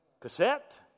Cassette